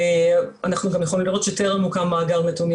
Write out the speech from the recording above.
אנחנו גם יכולנו לראות שטרם הוקם מאגר נתונים